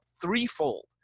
threefold